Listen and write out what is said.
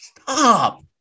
Stop